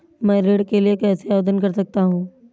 मैं ऋण के लिए कैसे आवेदन कर सकता हूं?